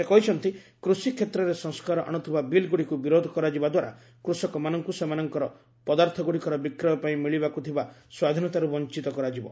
ସେ କହିଛନ୍ତି କୃଷିକ୍ଷେତ୍ରରେ ସଂସ୍କାର ଆଣୁଥିବା ବିଲ୍ଗୁଡ଼ିକୁ ବିରୋଧ କରାଯିବା ଦ୍ୱାରା କୃଷକମାନଙ୍କୁ ସେମାନଙ୍କର ପଦାର୍ଥଗୁଡ଼ିକର ବିକ୍ରୟ ପାଇଁ ମିଳିବାକୁ ଥିବା ସ୍ୱାଧୀନତାରୁ ବଞ୍ଚ୍ଚତ କରାଯିବ